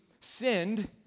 sinned